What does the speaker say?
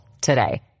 today